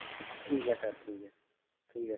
ठीक ठीक ऐ सर ठीक ऐ ठीक ऐ